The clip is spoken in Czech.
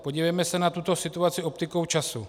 Podívejme se na tuto situaci optikou času.